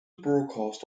broadcast